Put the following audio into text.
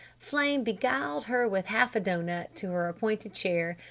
flame beguiled her with half a doughnut to her appointed chair,